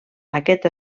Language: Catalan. aquest